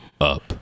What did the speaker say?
up